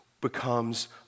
becomes